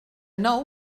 nou